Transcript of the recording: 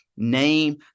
name